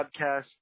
podcast